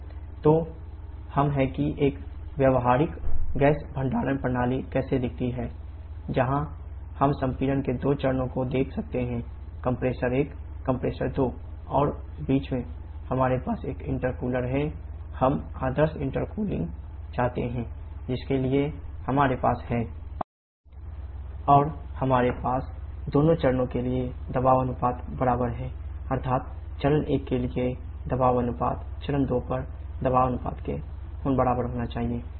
तो यह है कि एक व्यावहारिक गैस भंडारण प्रणाली कैसे दिखती है जहां हम संपीड़न के दो चरणों को देख सकते हैं कंप्रेसर चाहते हैं जिसके लिए हमारे पास है 𝑇3 𝑇1 और हमारे पास दोनों चरणों के लिए दबाव अनुपात बराबर है अर्थात चरण 1 के लिए दबाव अनुपात चरण 2 पर दबाव अनुपात के बराबर होना चाहिए अर्थात